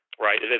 Right